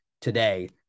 today